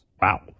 Wow